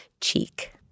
cheek